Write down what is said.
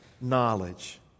knowledge